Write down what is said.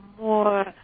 more